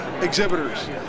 Exhibitors